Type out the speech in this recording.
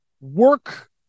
work